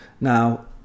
now